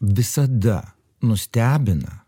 visada nustebina